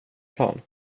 plan